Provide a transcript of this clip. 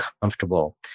comfortable